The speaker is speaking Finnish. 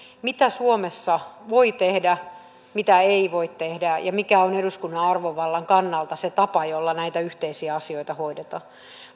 mitä suomessa voi tehdä mitä ei voi tehdä ja mikä on eduskunnan arvovallan kannalta se tapa jolla näitä yhteisiä asioita hoidetaan